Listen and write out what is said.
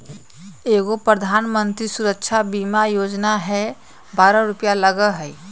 एगो प्रधानमंत्री सुरक्षा बीमा योजना है बारह रु लगहई?